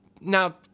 Now